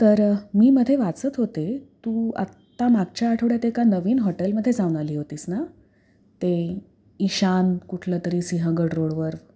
तर मी मध्ये वाचत होते तू आत्ता मागच्या आठवड्यात एका नवीन हॉटेलमध्ये जाऊन आली होतीस ना ते इशान कुठलं तरी सिंहगड रोडवर